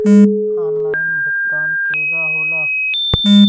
Online भुगतान केगा होला?